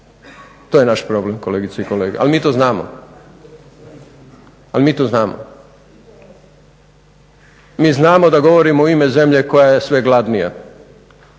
To je naš problem kolegice i kolege al mi to znamo. Mi znamo da govorimo u ime zemlje koja je sve gladnija.